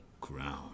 ground